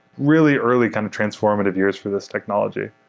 really early kind of transformative years for this technology.